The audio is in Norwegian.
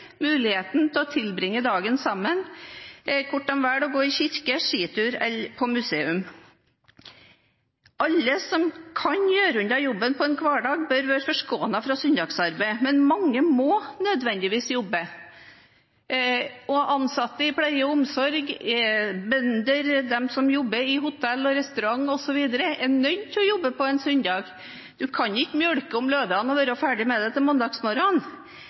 muligheten til å tilbringe dagen sammen, enten de velger å gå i kirken, på skitur eller på museum. Alle som kan gjøre unna jobben på en hverdag, bør være forskånet for søndagsarbeid, men mange må nødvendigvis jobbe. Ansatte i pleie og omsorg, bønder, de som jobber i hotell- og restaurantbransjen osv. er nødt til å jobbe på en søndag. Man kan ikke melke om lørdagen og være ferdig med det til